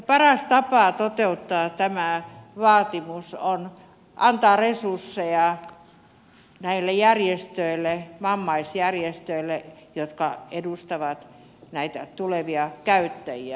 paras tapa toteuttaa tämä vaatimus on antaa resursseja näille järjestöille vammaisjärjestöille jotka edustavat näitä tulevia käyttäjiä